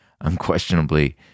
unquestionably